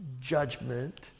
judgment